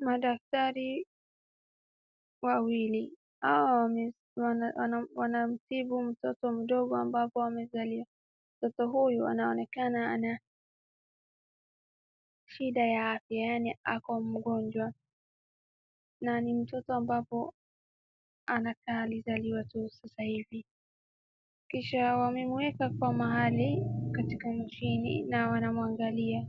Madaktari wawili, hawa wanamtibu mtoto mdogo ambapo mtoto huyu anaonekana ana shida ya afya yaani ako mgonjwa na ni mtoto ambaye anakaa alizaliwa tu sasa hivi. Kisha wamemweka kwa mahali katika mashini na wanamwangalia